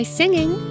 singing